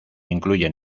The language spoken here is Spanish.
incluyen